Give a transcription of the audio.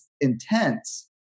intense